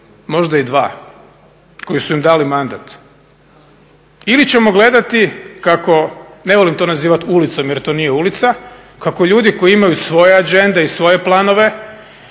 možda i dva koji su im dali mandat. Ili ćemo gledati kako, ne volim to nazivati ulicom jer to nije ulica, kako ljudi koji imaju svoje agende i svoje planove,